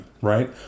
right